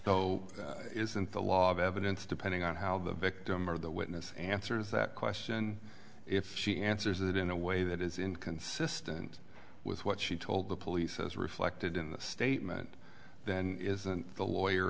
though isn't a lot of evidence depending on how the victim or the witness answers that question if she answers it in a way that is inconsistent with what she told the police as reflected in the statement then isn't the lawyer